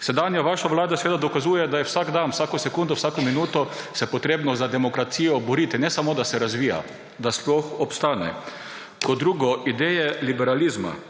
Sedanja vaša vlada dokazuje, da se je vsak dan, vsako sekundo, vsako minuto potrebno za demokracijo boriti, ne samo, da se razvija, da sploh obstane. Kot drugo. Ideje liberalizma.